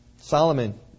Solomon